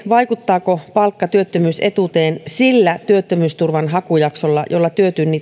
vaikuttaako palkka työttömyysetuuteen sillä työttömyysturvan hakujaksolla jolla